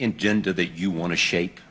in gender that you want to shake